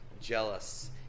jealous